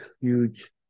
huge